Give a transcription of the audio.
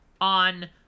on